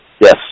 Yes